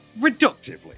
reductively